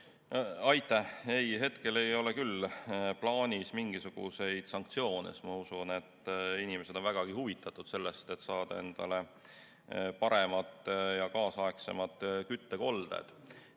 Aitäh! Ei, hetkel ei ole küll plaanis mingisuguseid sanktsioone, sest ma usun, et inimesed on vägagi huvitatud sellest, et saada endale paremad ja kaasaegsemad küttekolded.